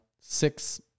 six